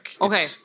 okay